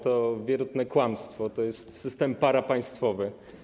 To wierutne kłamstwo, to jest system parapaństwowy.